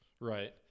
Right